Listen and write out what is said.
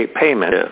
payment